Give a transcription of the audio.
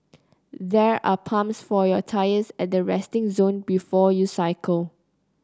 there are pumps for your tyres at the resting zone before you cycle